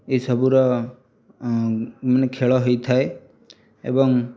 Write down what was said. ଏଇ ସବୁର ମାନେ ଖେଳ ହୋଇଥାଏ ଏବଂ